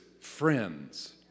friends